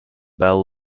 bell